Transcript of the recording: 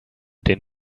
den